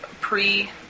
pre